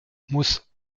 muss